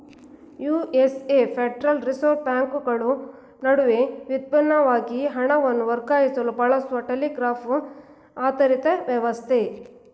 USA federal reserve ಬ್ಯಾಂಕ್ಗಳು ನಡುವೆ ವಿದ್ಯುನ್ಮಾನವಾಗಿ ಹಣವನ್ನು ವರ್ಗಾಯಿಸಲು ಬಳಸುವ ಟೆಲಿಗ್ರಾಫ್ ಆಧಾರಿತ ವ್ಯವಸ್ಥೆ